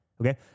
okay